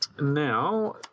Now